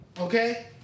Okay